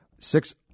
six